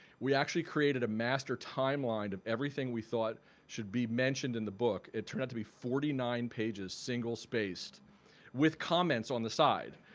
we actually created a master timeline of everything we thought should be mentioned in the book. it turned out to be forty nine pages single-spaced with comments on the side